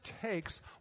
takes